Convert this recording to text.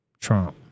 Trump